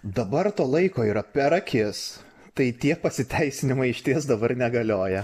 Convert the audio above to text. dabar to laiko yra per akis tai tie pasiteisinimai išties dabar negalioja